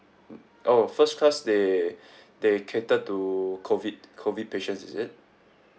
mm oh first class they they cater to COVID COVID patients is it